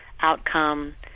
outcome